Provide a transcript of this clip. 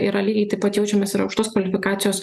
yra lygiai taip pat jaučiamas ir aukštos kvalifikacijos